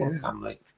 family